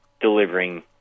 delivering